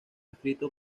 escrito